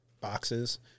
boxes